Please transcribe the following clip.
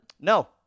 No